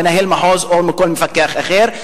ממנהל מחוז או מכל מפקח אחר,